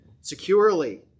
securely